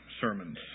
sermons